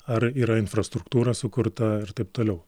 ar yra infrastruktūra sukurta ir taip toliau